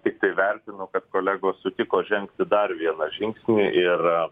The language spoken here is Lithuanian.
tiktai vertinu kad kolegos sutiko žengti dar vieną žingsnį ir